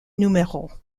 numéros